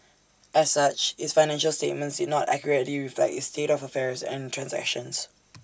as such its financial statements did not accurately reflect its state of affairs and transactions